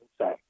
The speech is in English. say